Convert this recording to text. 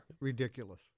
Ridiculous